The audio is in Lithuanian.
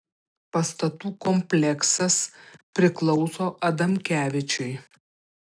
pastatų kompleksas priklauso adamkevičiui